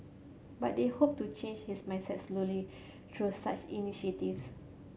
but they hope to change his mindset slowly through such initiatives